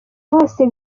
bose